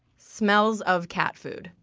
smells of cat food.